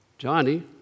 Johnny